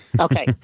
Okay